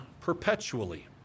perpetually